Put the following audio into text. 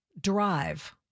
drive